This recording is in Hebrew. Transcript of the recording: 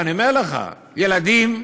ואני אומר לך, ילדים,